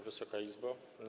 Wysoka Izbo!